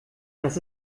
das